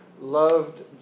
loved